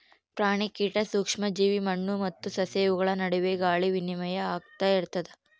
ಪ್ರಾಣಿ ಕೀಟ ಸೂಕ್ಷ್ಮ ಜೀವಿ ಮಣ್ಣು ಮತ್ತು ಸಸ್ಯ ಇವುಗಳ ನಡುವೆ ಗಾಳಿ ವಿನಿಮಯ ಆಗ್ತಾ ಇರ್ತದ